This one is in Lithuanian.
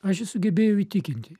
aš jį sugebėjau įtikinti